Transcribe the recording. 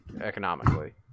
economically